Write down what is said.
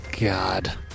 God